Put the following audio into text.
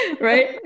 Right